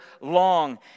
long